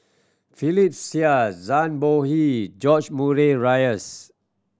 Philip Chia Zhang Bohe George Murray Reith